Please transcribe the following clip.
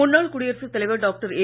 முன்னாள் குடியரசுத் தலைவர் டாக்டர் ஏ